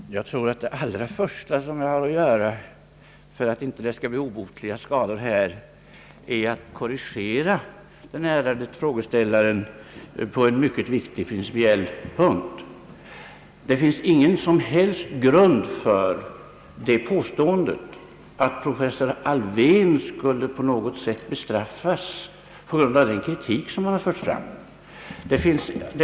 Herr talman! Jag tror att det allra första som jag har att göra för att det inte skall uppstå obotlig skada här är att korrigera den ärade frågeställaren på en principiellt mycket viktig punkt. Det finns ingen som helst grund för påståendet att professor Alfvén på något sätt skulle bestraffas med anledning av den kritik som han har fört fram.